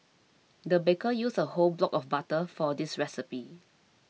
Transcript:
the baker used a whole block of butter for this recipe